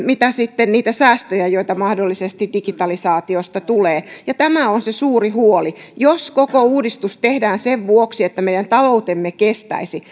sitten niitä säästöjä joita mahdollisesti digitalisaatiosta tulee tämä on se suuri huoli jos koko uudistus tehdään sen vuoksi että meidän taloutemme kestäisi